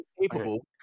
capable